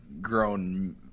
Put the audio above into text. grown